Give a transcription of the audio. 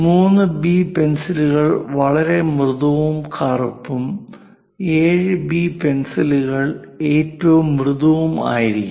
3 B പെൻസിലുകൾ വളരെ മൃദുവും കറുപ്പും 7 ബി പെൻസിലുകൾ ഏറ്റവും മൃദു ആയിരിക്കും